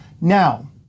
Now